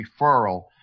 referral